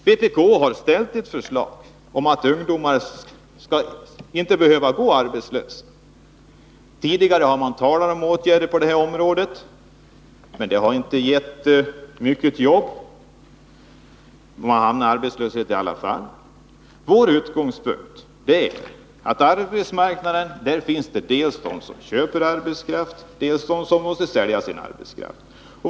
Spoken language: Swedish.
Vpk har framställt ett förslag om att ungdomar inte skall behöva gå arbetslösa. Tidigare har det talats om åtgärder på detta område, men det har inte gett många jobb. Ungdomen har i alla fall hamnat i arbetslöshet. Vår utgångspunkt är att det på arbetsmarknaden finns dels de som köper arbetskraft, dels de som måste sälja sin arbetskraft.